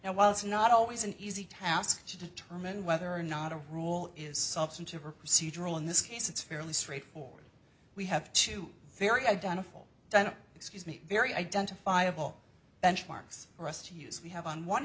and while it's not always an easy task to determine whether or not a rule is substantive or procedural in this case it's fairly straightforward we have two very identifiable kind of excuse me very identifiable benchmarks for us to use we have on one